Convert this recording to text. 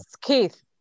Keith